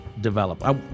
develop